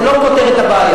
זה לא פותר את הבעיה.